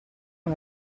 una